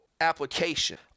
application